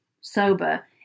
sober